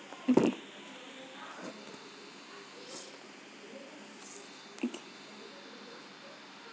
okay okay